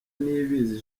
niyibizi